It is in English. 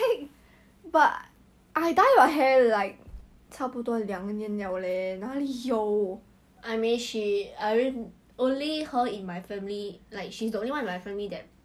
just go and dye lah your mother what what head cancer that's just bullshit stuff like this doesn't happen